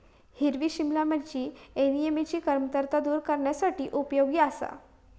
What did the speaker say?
हिरवी सिमला मिरची ऍनिमियाची कमतरता दूर करण्यासाठी उपयोगी आसा